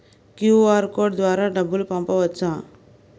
QR code ద్వారా డబ్బులు పంపవచ్చా?